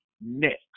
next